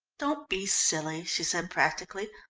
don't be silly, she said practically,